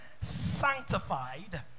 sanctified